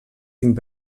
tinc